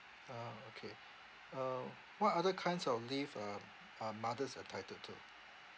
ah okay uh what other kinds of leave are are mothers entitled to